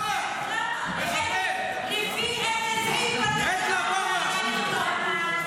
הרעבה של ילדים, תרד מהדוכן עכשיו, תרד מהדוכן.